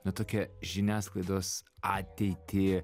na tokią žiniasklaidos ateitį